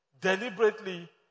Deliberately